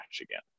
again